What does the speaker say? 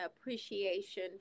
appreciation